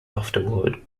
afterward